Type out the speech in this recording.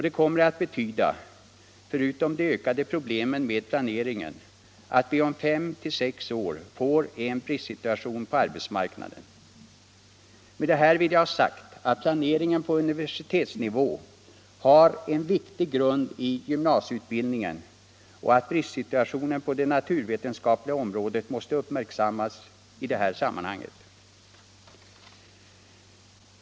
Det kommer att betyda, förutom de ökande problemen med planeringen, att vi om fem sex år får en bristsituation på arbetsmarknaden. Med detta vill jag ha sagt, att planeringen på universitetsnivå har en viktig grund i gymnasieutbildningen och att bristsituationen på det naturvetenskapliga området måste uppmärksammas i det här sammanhanget.